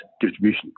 distribution